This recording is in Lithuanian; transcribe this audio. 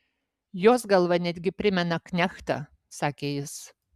jos galva netgi primena knechtą sakė jis